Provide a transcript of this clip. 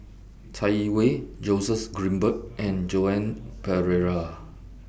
Chai Yee Wei Joseph Grimberg and Joan Pereira